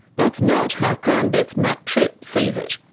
that's not how crownbet's matt tripp sees it.